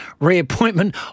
reappointment